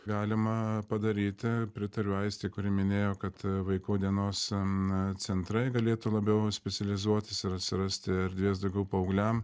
galima padaryti pritariu aistei kuri minėjo kad vaikų dienos an centrai galėtų labiau specializuotis ir atsirasti erdvės daugiau paaugliam